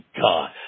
God